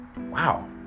Wow